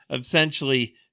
essentially